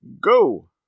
go